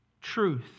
truth